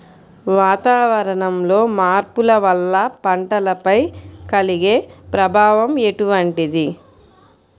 వాతావరణంలో మార్పుల వల్ల పంటలపై కలిగే ప్రభావం ఎటువంటిది?